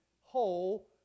whole